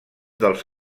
dels